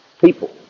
people